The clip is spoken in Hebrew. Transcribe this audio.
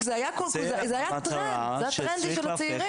עשית לי את החיים.